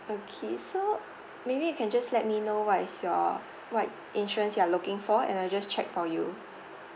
okay so maybe you can just let me know what is your what insurance you're looking for and I'll just check for you